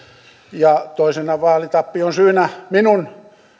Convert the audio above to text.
ja toisena vaalitappion syynä minun